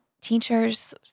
teachers